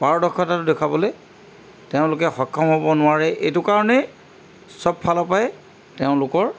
পাৰদক্ষতাটো দেখাবলৈ তেওঁলোকে সক্ষম হ'ব নোৱাৰে এইটো কাৰণেই চব ফালৰ পৰাই তেওঁলোকৰ